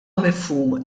mifhum